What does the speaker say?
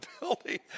building